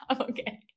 Okay